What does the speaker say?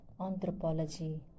anthropology